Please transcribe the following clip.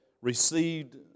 received